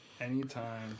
Anytime